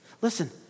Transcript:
Listen